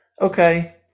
Okay